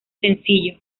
sencillo